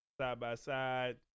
side-by-side